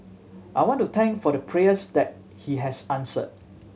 I want to thank for the prayers that he has answered